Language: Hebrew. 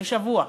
בשבוע.